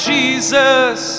Jesus